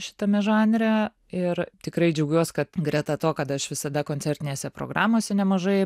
šitame žanre ir tikrai džiaugiuos kad greta to kad aš visada koncertinėse programose nemažai